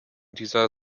dieser